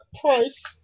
Price